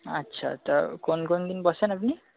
আচ্ছা তা কোন কোন দিন বসেন আপনি